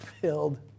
filled